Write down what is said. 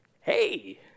hey